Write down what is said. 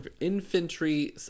infantry